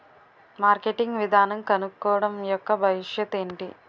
Marketing విధానం కనుక్కోవడం యెక్క భవిష్యత్ ఏంటి?